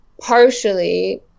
partially